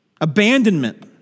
Abandonment